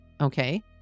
Okay